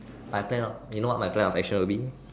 my plan what you know what my plan of action will be